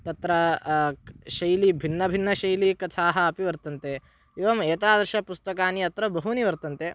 तत्र शैली भिन्नभिन्नशैलीकथाः अपि वर्तन्ते एवम् एतादृशपुस्तकानि अत्र बहूनि वर्तन्ते